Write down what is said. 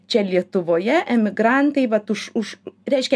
čia lietuvoje emigrantai vat už už reiškia